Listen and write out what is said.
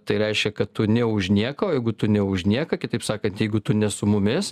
tai reiškia kad tu nė už nieką o jeigu tu ne už nieką kitaip sakant jeigu tu ne su mumis